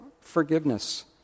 forgiveness